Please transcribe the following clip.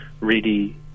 ready